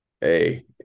hey